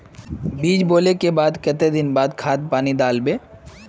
बीज बोले के बाद केते दिन बाद खाद पानी दाल वे?